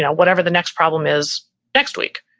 whatever the next problem is next week.